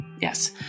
Yes